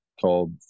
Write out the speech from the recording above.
called